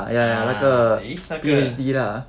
ah eh 那个